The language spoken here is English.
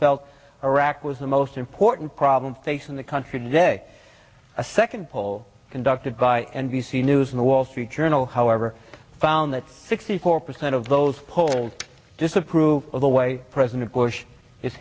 felt iraq was the most important problem facing the country today a second poll conducted by n b c news in the wall street journal however found that sixty four percent of those polled disapprove of the way president bush is